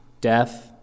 death